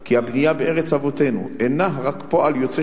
כי הבנייה בארץ אבותינו אינה רק פועל יוצא